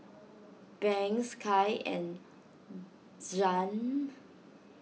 Banks Kai and Zhane